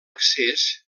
accés